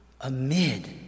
amid